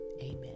Amen